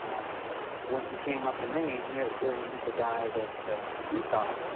and when he came up the maine here here he meets a guys that that he thought,